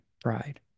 pride